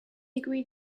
agreed